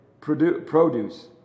produce